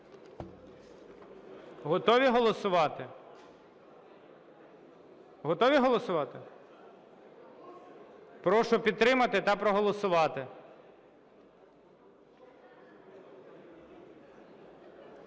давайте голосувати. Прошу підтримати та проголосувати.